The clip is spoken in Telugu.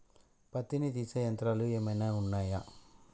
పత్తిని తీసే యంత్రాలు ఏమైనా ఉన్నయా?